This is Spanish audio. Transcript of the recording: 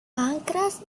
pancras